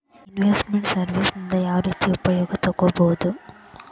Invest made services ನಿಂದಾ ಯಾವ್ರೇತಿ ಉಪಯೊಗ ತಗೊಬೊದು?